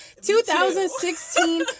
2016